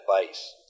advice